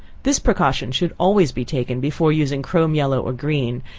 this precaution should always be taken before using chrome yellow or green,